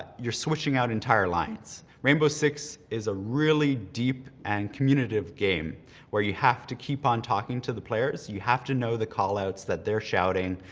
you're switching out entire lines. rainbow six is a really deep and communicative game where you have to keep on talking to the players, you have to know the callouts that they're shouting.